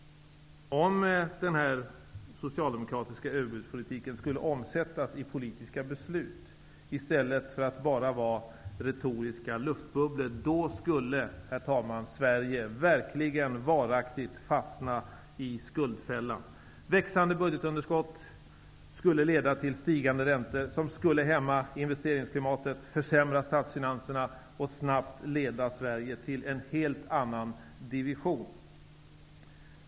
Om den socialdemokratiska överbudspolitiken skulle omsättas i politiska beslut i stället för att bara vara retoriskt luftbubbel, skulle Sverige verkligen, herr talman, varaktigt fastna i skuldfällan. Växande budgetunderskott skulle leda till stigande räntor, som skulle försämra investeringsklimatet och statsfinanserna och snabbt leda Sverige till en helt annan ''division''.